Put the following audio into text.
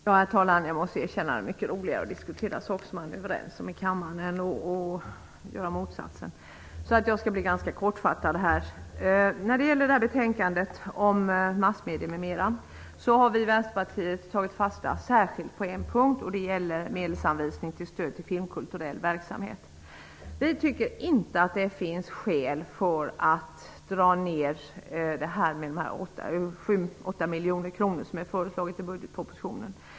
Herr talman! Det är mycket roligare att diskutera saker som man är överens om i kammaren än motsatsen. Jag kommer att vara kortfattad. När det gäller betänkandet Massmedier m.m. har vi i Vänsterpartiet särskilt tagit fasta på en punkt, nämligen medelsanvisning till stöd till filmkulturell verksamhet. Vi tycker inte att det finns skäl för att skära ner 7--8 miljoner, som är föreslagna i budgetpropositionen.